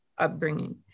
upbringing